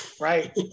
right